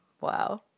Wow